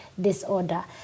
disorder